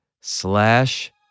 slash